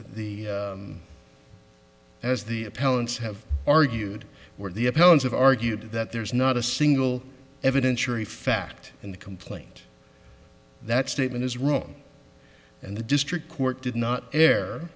the as the appellants have argued where the parents have argued that there's not a single evidence or a fact in the complaint that statement is wrong and the district court did not